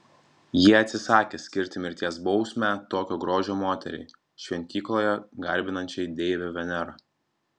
jie atsisakė skirti mirties bausmę tokio grožio moteriai šventykloje garbinančiai deivę venerą